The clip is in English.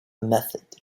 method